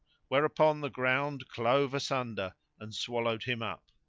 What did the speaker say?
whereupon the ground clove asunder and swallowed him up.